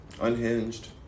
Unhinged